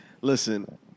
Listen